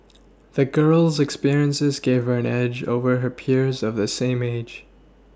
the girl's experiences gave her an edge over her peers of the same age